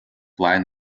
latin